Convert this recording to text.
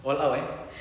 all out eh